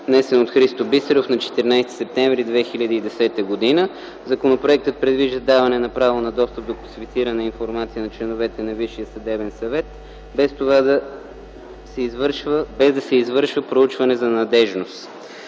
внесен от Христо Бисеров на 14 септември 2010 г. Законопроектът предвижда даване право на достъп до класифицирана информация на членовете на Висшия съдебен съвет, без да се извършва проучване за надеждност.